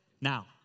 Now